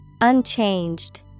Unchanged